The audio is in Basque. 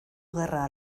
gerra